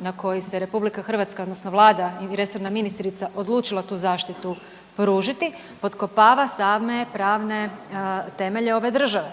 na koji se RH odnosno Vlada i resorna ministrica odlučila tu zaštitu pružiti potkopava same pravne temelje ove države.